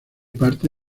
parte